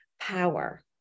power